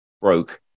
broke